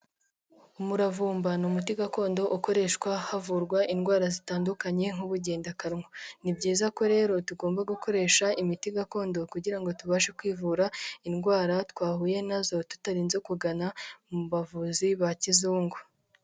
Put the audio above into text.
Umuravumba ni umuti gakondo ukoreshwa havurwa indwara zitandukanye nk'ubugendakanwa. Ni byiza ko rero tugomba gukoresha imiti gakondo kugira ngo tubashe kwivura indwara twahuye na zo, tutarinze kugana mu bavuzi ba kizungu.